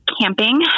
camping